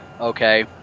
Okay